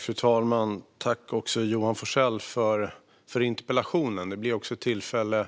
Fru talman! Tack, Johan Forssell, för interpellationen! Den ger tillfälle